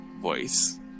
voice